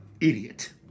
idiot